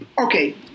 Okay